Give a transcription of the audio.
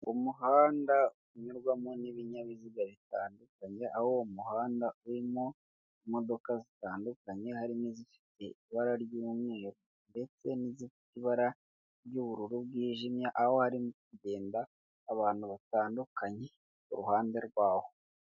Umuhanda unyurwamo n'ibinyabiziga bitandukanye, aho uwo muhanda urimo imodoka zitandukanye hari n'izifite ibara ry'umweru ndetse n'izifite ibara ry'ubururu bwijimye aho harimo kugenda abantu batandukanye iruhande rwaho.